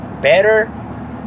better